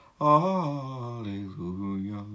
Hallelujah